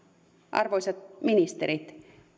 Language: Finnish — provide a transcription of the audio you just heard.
arvoisat ministerit